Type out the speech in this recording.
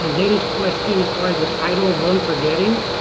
and dana's question as far as the title of unforgetting.